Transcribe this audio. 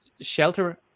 shelter